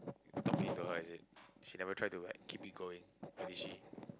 talking to her is it she never try to like keep you going did she